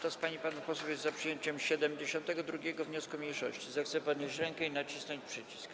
Kto z pań i panów posłów jest za przyjęciem 72. wniosku mniejszości, zechce podnieść rękę i nacisnąć przycisk.